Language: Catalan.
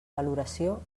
valoració